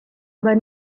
aber